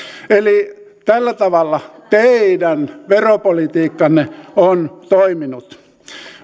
eli tällä tavalla teidän veropolitiikkanne on toiminut